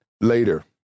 later